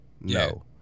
No